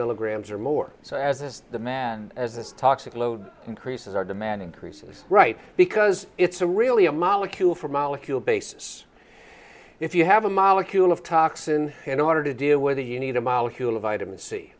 milligrams or more so as the man as this toxic load increases are demanding creases right because it's a really a molecule for molecule basis if you have a molecule of toxin in order to deal whether you need a molecule of vitamin c